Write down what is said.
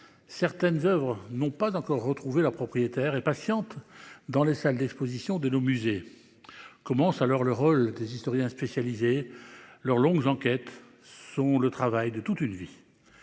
Certaines Oeuvres n'ont pas encore retrouvé la propriétaire et patiente dans les salles d'Exposition de nos musées. Commence alors le rôle des historiens spécialisés leur longues enquêtes sont le travail de toute une vie.